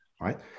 right